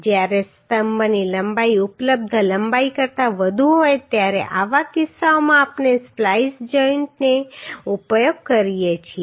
જ્યારે સ્તંભની લંબાઈ ઉપલબ્ધ લંબાઈ કરતાં વધુ હોય ત્યારે આવા કિસ્સાઓમાં આપણે સ્પ્લાઈસ જોઈન્ટનો ઉપયોગ કરીએ છીએ